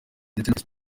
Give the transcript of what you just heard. instagram